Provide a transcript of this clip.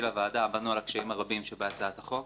לוועדה עמדנו על הקשיים הרבים שבהצעת החוק.